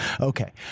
Okay